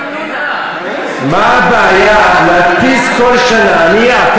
מה הבעיה להדפיס כל שנה נייר?